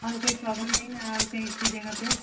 और कोई प्रॉब्लम नहीं न और कहीं इसी जगह पर